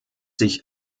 sich